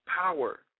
power